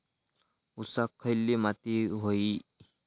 ऊसाक खयली माती व्हयी?